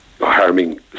harming